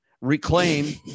reclaim